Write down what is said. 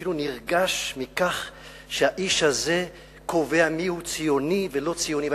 ואפילו נרגש מכך שהאיש הזה קובע מיהו ציוני ולא ציוני.